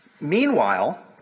Meanwhile